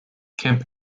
kemp